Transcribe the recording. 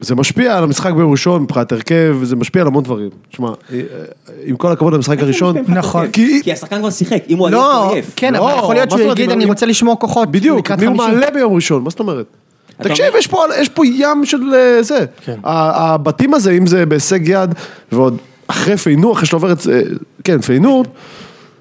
זה משפיע על המשחק ביום ראשון, מבחינת הרכב, זה משפיע על המון דברים. תשמע, עם כל הכבוד על המשחק הראשון. נכון. כי השחקן גם שיחק, אם הוא עדיף. כן, אבל יכול להיות שהוא יגיד, אני רוצה לשמור כוחות. בדיוק, אם הוא מעלה ביום ראשון, מה זאת אומרת? תקשיב, יש פה ים של זה. הבתים הזה, אם זה בהישג יד, ועוד אחרי פיינור, אחרי שהוא עובר את... כן, פיינור.